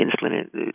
insulin